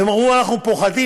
והם אמרו: אנחנו פוחדים,